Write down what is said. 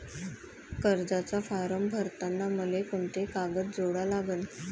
कर्जाचा फारम भरताना मले कोंते कागद जोडा लागन?